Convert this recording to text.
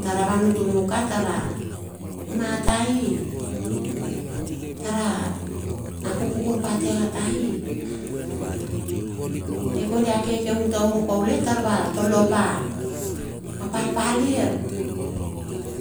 Tara van utumaka ta ra utuma tai. tara apupukur pa tia tai. Ai kondi a kekeung tauru kaule taur va tolopa, a palpalir.